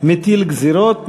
מטיל גזירות,